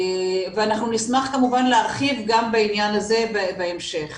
ונשמח כמובן להרחיב גם בעניין הזה בהמשך.